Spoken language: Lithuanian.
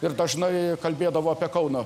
ir dažnai kalbėdavo apie kauno